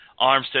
Armstead